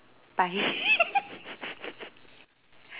bye